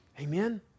Amen